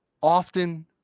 often